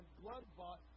blood-bought